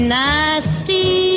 nasty